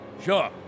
Sure